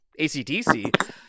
ACDC